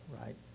right